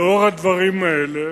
לאור הדברים האלה,